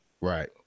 Right